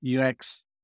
UX